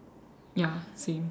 ya same